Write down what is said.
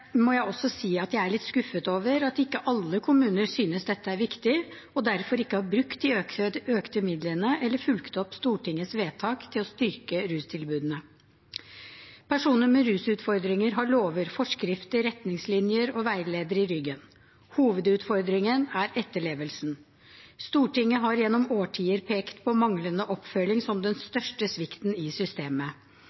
også si at jeg er litt skuffet over at ikke alle kommuner synes dette er viktig og derfor ikke har brukt de økte midlene eller fulgt opp Stortingets vedtak til å styrke rustilbudene. Personer med rusutfordringer har lover, forskrifter, retningslinjer og veiledere i ryggen. Hovedutfordringen er etterlevelsen. Stortinget har gjennom årtier pekt på manglende oppfølging som den